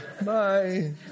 bye